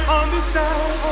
understand